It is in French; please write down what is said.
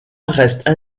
reste